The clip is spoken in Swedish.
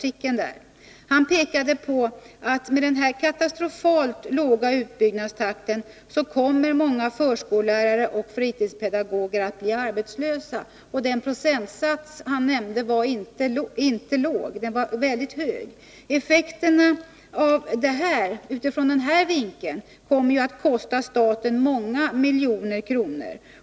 Christer Romilson pekade på att den katastrofalt låga utbildningstakten inom barnomsorgen kommer att leda till att många förskollärare och fritidspedagoger blir arbetslösa. Den procentsats för arbetslösheten inom dessa yrkesgrupper som han nämnde var inte låg utan tvärtom väldigt hög. Dessa effekter kommer att kosta staten många miljoner kronor.